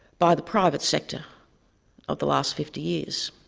by the private sector of the last fifty years?